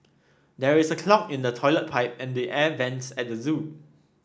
there is a clog in the toilet pipe and the air vents at the zoo